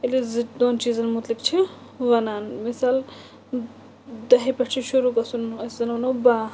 ییٚلہِ أسۍ زٕ دۄن چیٖزَن متعلق چھِ وَنان مِثال دَہہِ پٮ۪ٹھ چھُ شُروٗع گژھُن أسۍ زَن وَنو باہ